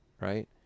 right